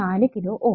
4 kilo Ω